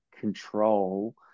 control